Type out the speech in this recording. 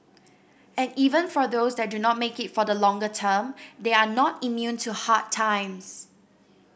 and even for those that do not make it for the longer term they are not immune to hard times